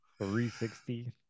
360